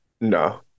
No